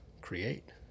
Create